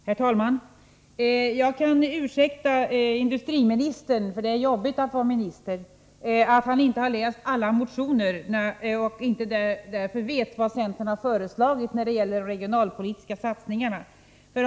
Herr talman! Jag kan ursäkta industriministern — det är nämligen jobbigt att vara minister — att han inte har läst alla motioner och därför inte vet vad centern har föreslagit när det gäller de regionalpolitiska satsningarna.